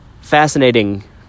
fascinating